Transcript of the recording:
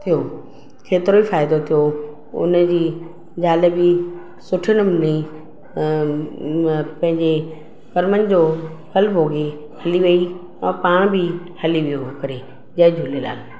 थियो केतिरो ई फ़ाइदो थियो उनजी ज़ाल जी सुठे नमूने पंहिंजे कर्मनि जो फलु भोॻे हली वेई ऐं पाण बि हली वियो करे जय झूलेलाल